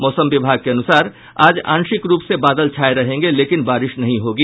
मौसम विभाग के अनुसार आज आंशिक रूप से बादल छाये रहेंगे लेकिन बारिश नहीं होगी